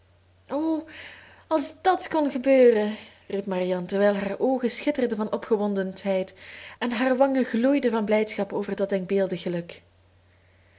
o als dàt kon gebeuren riep marianne terwijl haar oogen schitterden van opgewondenheid en haar wangen gloeiden van blijdschap over dat denkbeeldig geluk